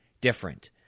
different